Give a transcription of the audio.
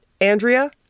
andrea